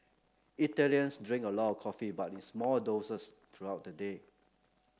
Italians drink a lot of coffee but in small doses throughout the day